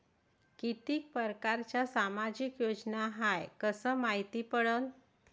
कितीक परकारच्या सामाजिक योजना हाय कस मायती पडन?